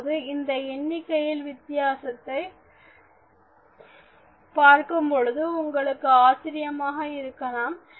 இப்பொழுது இந்த எண்ணிக்கையில் வித்தியாசத்தை பார்க்கும்பொழுது உங்களுக்கு ஆச்சரியமாக இருக்கலாம்